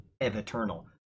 eternal